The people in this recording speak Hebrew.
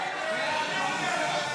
עוד אחד.